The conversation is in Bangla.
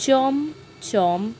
চমচম